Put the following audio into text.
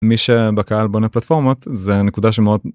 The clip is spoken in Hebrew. מי שבקהל בונה פלטפורמות זה נקודה שמאוד.